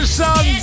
son